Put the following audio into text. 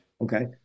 Okay